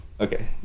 okay